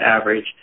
average